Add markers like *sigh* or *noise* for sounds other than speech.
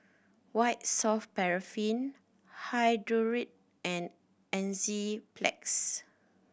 White Soft Paraffin hi *unintelligible* and Enzyplex